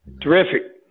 Terrific